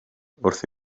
wrth